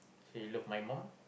so you love my mum